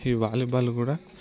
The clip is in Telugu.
ఈ వాలీబాల్ కూడా